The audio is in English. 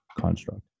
construct